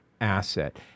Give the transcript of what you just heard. asset